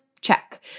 Check